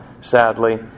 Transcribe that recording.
sadly